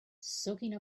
soaking